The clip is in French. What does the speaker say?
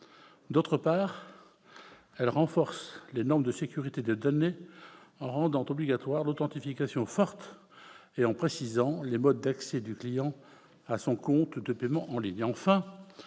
Ensuite, elle renforce les normes de sécurité des données en rendant obligatoire l'authentification forte et en précisant les modes d'accès du client à son compte de paiement en ligne.